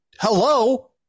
hello